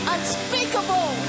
Unspeakable